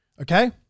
okay